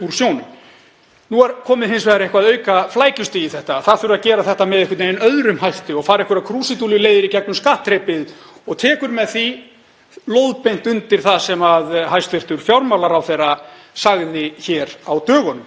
lóðbeint undir það sem hæstv. fjármálaráðherra sagði hér á dögunum. Því ætla ég að leyfa mér að endurtaka spurninguna og kannski fá aðeins betri skilgreiningu á því hjá hæstv. ráðherra: Þegar talað er um ofurhagnað